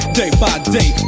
day-by-day